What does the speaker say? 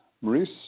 Maurice